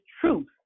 truth